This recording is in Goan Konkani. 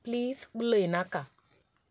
प्लीज उलय नाका